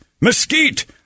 mesquite